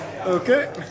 Okay